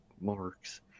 marks